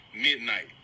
midnight